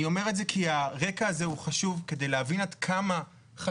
אני אומר את זה כי הרקע הזה הוא חשוב כדי להבין עד כמה חשובים